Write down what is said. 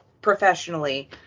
professionally